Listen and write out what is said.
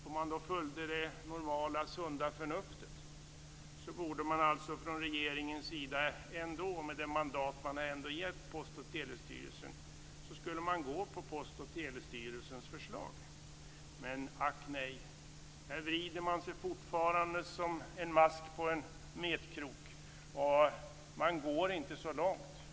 Om man följde normalt sunt förnuft borde man från regeringens sida gå på Post och telestyrelsen förslag, med tanke på det mandat man ändå gett Postoch telestyrelsen. Men ack nej - här vrider man sig fortfarande som en mask på en metkrok. Man går inte så långt.